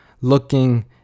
looking